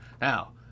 Now